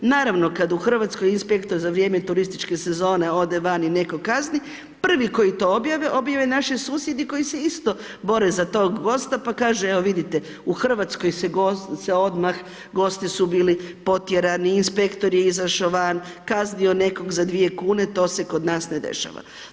Naravno, kad u Hrvatskoj inspektor za vrijeme turističke sezone ove van i nekog kazni, prvi koji to objave, objave naši susjedi koji se isto bore za tog gosta pa kaže evo vidite, u Hrvatskoj se odmah gosti su bili potjerani, inspektor je izašao van, kaznio je nekog za 2 kn, to se kod nas ne dešava.